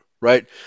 right